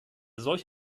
solch